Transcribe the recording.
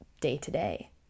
day-to-day